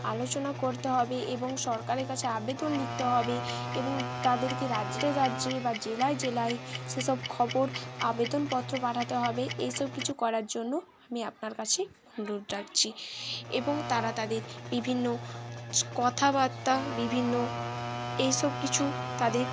আলোচনা করতে হবে এবং সরকারের কাছে আবেদন লিখতে হবে এবং তাদেরকে রাজ্যে রাজ্যে বা জেলায় জেলায় সেসব খবর আবেদনপত্র পাঠাতে হবে এই সব কিছু করার জন্য আমি আপনার কাছে অনুরোধ রাখছি এবং তারা তাদের বিভিন্ন কথাবার্তা বিভিন্ন এই সব কিছু তাদের